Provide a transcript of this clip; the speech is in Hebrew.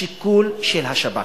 השיקול של השב"כ.